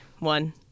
One